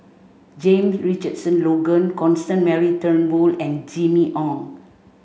Jame Richardson Logan Constance Mary Turnbull and Jimmy Ong